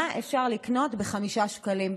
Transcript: מה אפשר לקנות ב-5 שקלים?